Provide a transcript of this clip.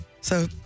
So-